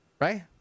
Right